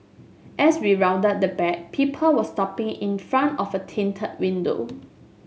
as we rounded the back people were stopping in front of a tinted window